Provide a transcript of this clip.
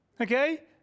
okay